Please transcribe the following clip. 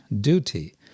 duty